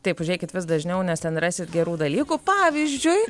taip užeikit vis dažniau nes ten rasit gerų dalykų pavyzdžiui